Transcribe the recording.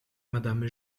madame